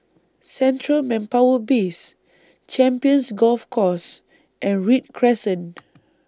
Central Manpower Base Champions Golf Course and Read Crescent